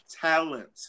talent